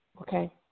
Okay